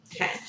Okay